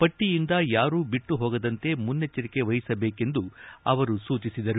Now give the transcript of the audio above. ಪಟ್ಟಿಯಿಂದ ಯಾರೂ ಬಿಟ್ಟು ಹೋಗದಂತೆ ಮುನ್ನೆಚ್ಚರಿಕೆ ವಹಿಸುವಂತೆ ಸೂಚಿಸಿದರು